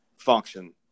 function